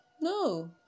No